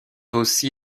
aussi